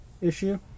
issue